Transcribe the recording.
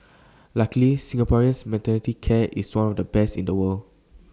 luckily Singapore's maternity care is one of the best in the world